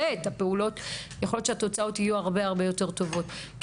את הפעולות יכול להיות שהתוצאות יהיו הרבה יותר טובות.